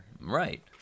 Right